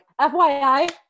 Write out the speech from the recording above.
FYI